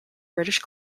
british